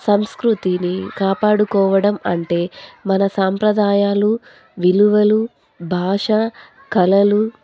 సంస్కృతిని కాపాడుకోవడం అంటే మన సాంప్రదాయాలు విలువలు భాష కళలు